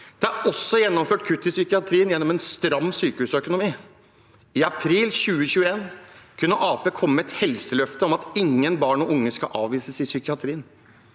Det er også gjennomført kutt i psykiatrien gjennom en stram sykehusøkonomi. I april 2021 kunne Arbeiderpartiet komme med et helseløfte om at ingen barn og unge skal avvises i psykiatrien.